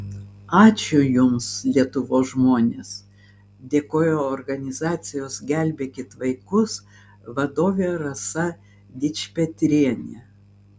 ačiū jums lietuvos žmonės dėkojo organizacijos gelbėkit vaikus vadovė rasa dičpetrienė